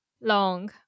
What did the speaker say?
Long